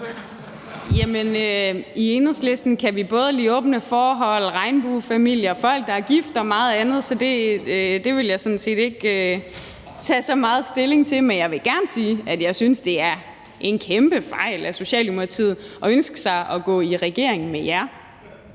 i Enhedslisten kan vi både lide åbne forhold, regnbuefamilier og folk, der er gift, og meget andet. Så det vil jeg sådan set ikke tage så meget stilling til. Men jeg vil gerne sige, at jeg synes, det er en kæmpe fejl af Socialdemokratiet at ønske sig at gå i regering med jer.